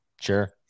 Sure